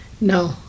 No